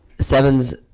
sevens